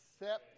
accept